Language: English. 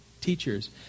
Teachers